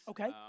Okay